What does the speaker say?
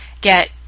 get